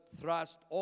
thrust